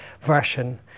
version